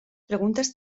preguntes